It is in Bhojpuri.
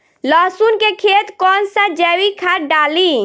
लहसुन के खेत कौन सा जैविक खाद डाली?